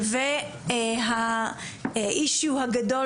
והנושא הגדול,